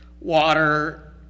water